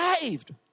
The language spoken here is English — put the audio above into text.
saved